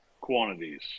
quantities